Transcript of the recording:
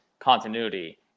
Continuity